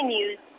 News